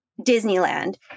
disneyland